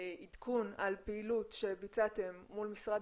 עדכון על פעילות שביצעתם מול משרד